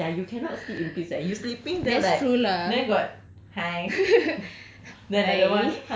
but this [one] even more sia you cannot sleep in peace eh you sleeping there lah then like then got hi